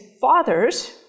fathers